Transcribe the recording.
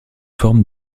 forme